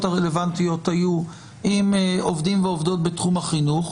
הרלוונטיות היו עם עובדים ועובדות בתחום החינוך,